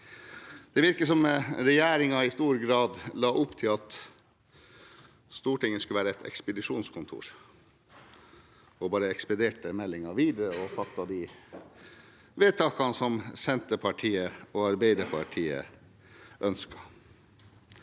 Det virker som om regjeringen i stor grad la opp til at Stortinget skal være et ekspedisjonskontor og bare ekspedere meldingen videre og fatte de vedtakene som Senterpartiet og Arbeiderpartiet ønsker.